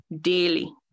daily